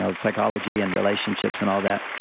so psychology and relationships and all that.